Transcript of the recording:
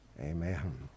Amen